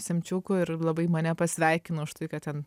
semčiukų ir labai mane pasveikino už tai kad ten